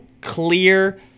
clear